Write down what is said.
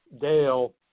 Dale